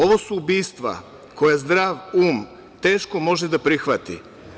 Ovo su ubistva koje zdrav um teško može da prihvati.